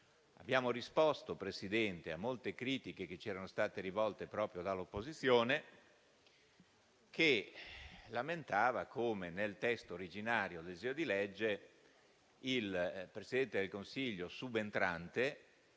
abbiamo risposto, signor Presidente, a molte critiche che ci erano state rivolte proprio dall'opposizione, che lamentava come nel testo originario del disegno di legge il Presidente del Consiglio subentrante